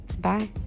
Bye